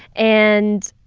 and,